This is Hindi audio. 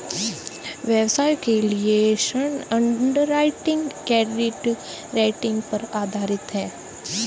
व्यवसायों के लिए ऋण अंडरराइटिंग क्रेडिट रेटिंग पर आधारित है